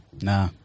Nah